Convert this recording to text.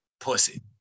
pussy